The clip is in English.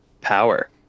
power